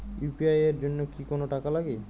UPI এর জন্য কি কোনো টাকা লাগে?